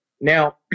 Now